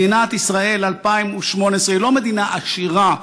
מדינת ישראל 2018 היא לא מדינה עשירה,